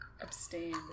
Abstain